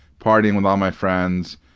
partying with um my friends,